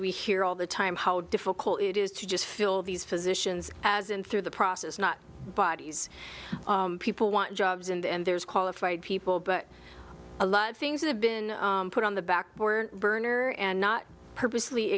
we hear all the time how difficult it is just fill these positions as in through the process not bodies people want jobs in the end there's qualified people but a lot of things that have been put on the back burner and not purposely